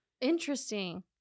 interesting